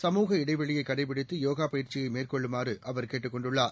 சமூக இடைவெளியை கடைபிடித்து யோகா பயிற்சியை மேற்கொள்ளுமாறு அவர் கேட்டுக் கொண்டுள்ளார்